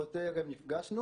באותו ערב נפגשנו,